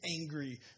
angry